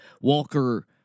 Walker